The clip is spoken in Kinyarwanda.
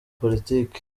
politiki